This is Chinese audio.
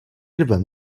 日本